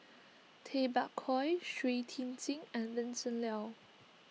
Tay Bak Koi Shui Tit Sing and Vincent Leow